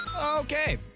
Okay